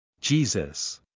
Jesus